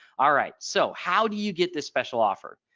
all right. so how do you get this special offer?